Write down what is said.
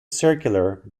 circular